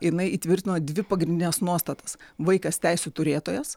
jinai įtvirtino dvi pagrindines nuostatas vaikas teisių turėtojas